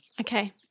Okay